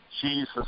jesus